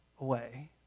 away